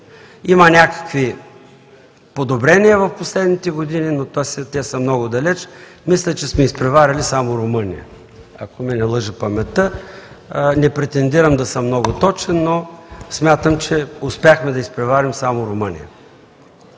Има някакви подобрения в последните години, но те са много далече. Мисля, че сме изпреварили само Румъния – ако не ме лъже паметта, не претендирам да съм много точен, но смятам, че успяхме да изпреварим само Румъния.